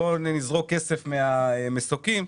לא נזרוק כסף מהמסוקים.